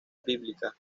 bíblica